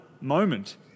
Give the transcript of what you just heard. moment